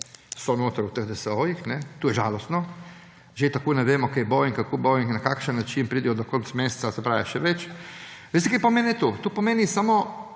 so pač v teh DSO-jih. To je žalostno. Že tako ne vemo, kaj bo in kako bo in na kakšen način pridejo do konca meseca; se pravi še več. Veste, kaj pomeni to? Samo eno